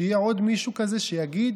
שיהיה עוד מישהו כזה שיגיד: